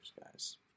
guys